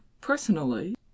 personally